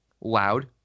loud